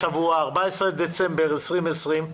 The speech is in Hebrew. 14 בדצמבר 2020,